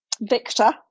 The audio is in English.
Victor